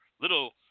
little